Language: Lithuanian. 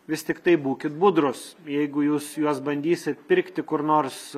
vis tiktai būkit budrūs jeigu jūs juos bandysit pirkti kur nors